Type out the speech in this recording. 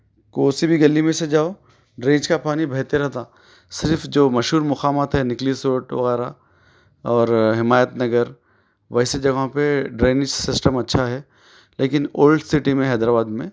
کونسی گلی میں سے جاؤ ڈرینج کا پانی بہتے رہتاں صرف جو مشہور مقامات ہے نکلس روڈ وغیرہ اور حمایت نگر ویسے جگہوں پر ڈرینس سسٹم اچھا ہے لیکن اولڈ سٹی میں حیدر آباد میں